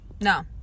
No